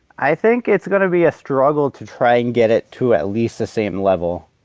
i think it's gonna be a struggle to try and get it to at least the same level.